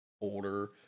older